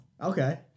Okay